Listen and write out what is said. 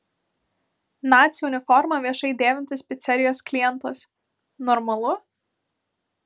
nacių uniformą viešai dėvintis picerijos klientas normalu